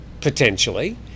Potentially